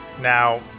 Now